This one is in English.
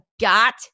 got